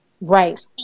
right